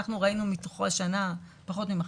אנחנו ראינו מתוכו השנה פחות ממחצית.